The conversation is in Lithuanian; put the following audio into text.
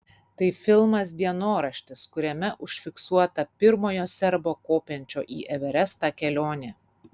tai filmas dienoraštis kuriame užfiksuota pirmojo serbo kopiančio į everestą kelionė